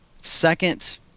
second